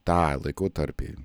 tą laikotarpį